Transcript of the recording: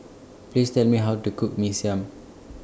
Please Tell Me How to Cook Mee Siam